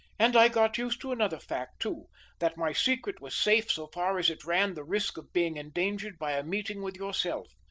and i got used to another fact too that my secret was safe so far as it ran the risk of being endangered by a meeting with yourself.